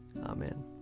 Amen